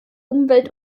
umwelt